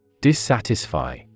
Dissatisfy